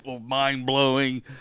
mind-blowing